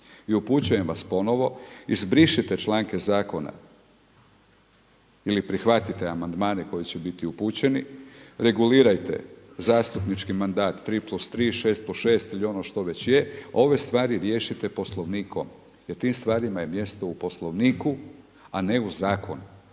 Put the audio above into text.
I upućujem vas ponovo izbrišite članke zakona ili prihvatite amandmane koji će biti upućeni, regulirajte zastupnički mandat tri plus tri, šest plus šest ili ono što već je. Ove stvari riješite Poslovnikom jer tim stvarima je mjesto u Poslovniku, a ne u zakonu.